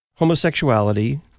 homosexuality